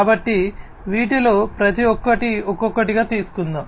కాబట్టి వీటిలో ప్రతి ఒక్కటి ఒక్కొక్కటిగా తీసుకుందాం